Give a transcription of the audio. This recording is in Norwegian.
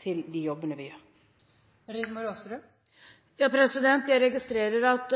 til disse jobbene. Jeg registrerer at